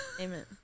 Amen